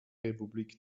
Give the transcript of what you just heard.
republik